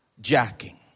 jacking